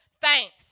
thanks